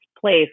place